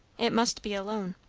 it must be alone.